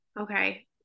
Okay